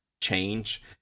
change